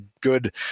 good